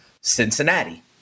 Cincinnati